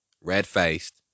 Red-faced